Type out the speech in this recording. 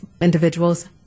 individuals